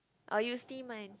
or you see mine